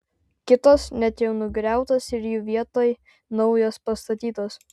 kitos net jau nugriautos ir jų vietoj naujos pastatytos